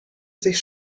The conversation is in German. sich